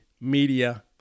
media